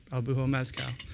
el buho mezcal,